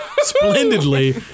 splendidly